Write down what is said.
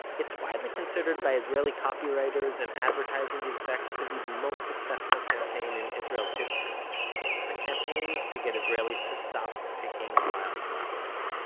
it's widely considered by israeli copywriters and advertising execs to be the most successful campaign in israel's history the campaign to get israelis to stop picking wildflowers.